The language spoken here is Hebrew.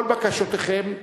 כל בקשותיכם,